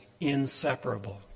inseparable